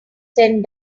sent